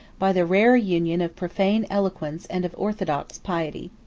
by the rare union of profane eloquence and of orthodox piety.